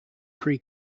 pre